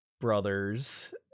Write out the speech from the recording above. brothers